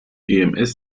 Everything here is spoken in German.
ems